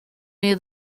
near